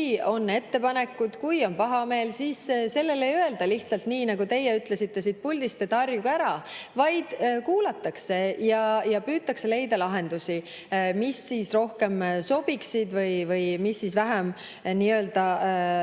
Kui on ettepanekuid, kui on pahameel, siis ei öelda lihtsalt nii, nagu teie ütlesite siit puldist, et harjuge ära, vaid kuulatakse ja püütakse leida lahendusi, mis rohkem sobiksid või mis vähem